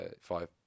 five